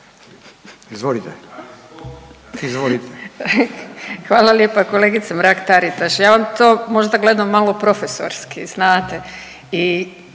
suverenisti)** Hvala lijepa kolegice Mrak-Taritaš. Ja vam to možda gledam malo profesorski znate